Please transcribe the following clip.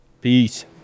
Peace